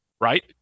right